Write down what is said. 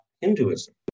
Hinduism